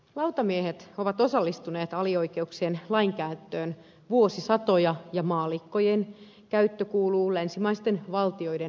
lautamiehet ovat osallistuneet alioikeuksien lainkäyttöön vuosisatoja ja maallikkojen käyttö kuuluu länsimaisten valtioiden oikeuskäytäntöön